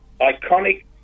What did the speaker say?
iconic